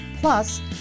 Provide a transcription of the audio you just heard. plus